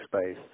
space